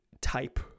type